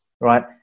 right